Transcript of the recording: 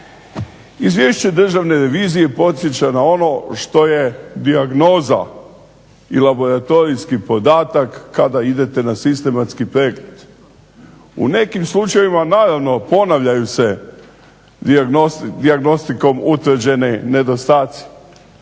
Izvješće Državne revizije podsjeća na ono što je dijagnoza i laboratorijski podatak kada idete na sistematski pregled. U nekim slučajevima ponavljaju se dijagnostikom utvrđene nedostaci,